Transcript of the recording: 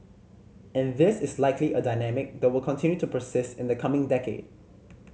and this is likely a dynamic that will continue to persist in the coming decade